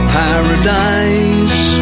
paradise